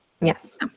yes